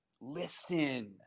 Listen